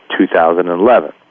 2011